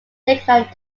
lakeland